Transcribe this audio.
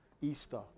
Easter